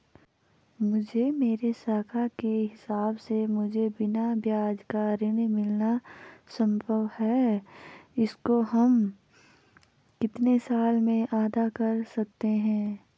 मुझे मेरे साख के हिसाब से मुझे बिना ब्याज का ऋण मिलना संभव है इसको हम कितने साल में अदा कर सकते हैं?